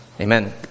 Amen